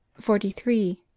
forty three.